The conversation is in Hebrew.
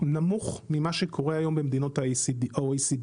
נמוך ממש שקורה היום במדינות ה-OECD.